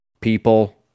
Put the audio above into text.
people